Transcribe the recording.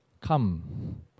come